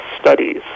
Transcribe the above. Studies